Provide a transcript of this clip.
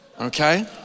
okay